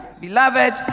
Beloved